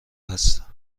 است